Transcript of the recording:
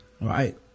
Right